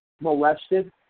molested